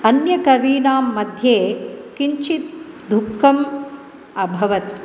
अन्यकवीनां मध्ये किञ्चित् दुःखम् अभवत्